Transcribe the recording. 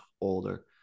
older